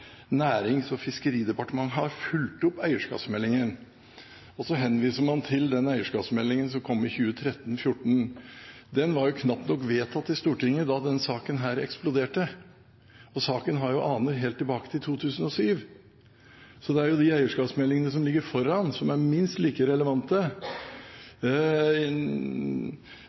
Nærings- og fiskeridepartementet har fulgt opp eierskapsmeldingen, og så henviser man til den eierskapsmeldingen som kom i 2013–2014. Den var knapt nok vedtatt i Stortinget da denne saken eksploderte. Saken har jo aner helt tilbake til 2007, så det er de eierskapsmeldingene som ligger foran i tid, som er minst like relevante.